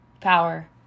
power